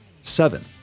seven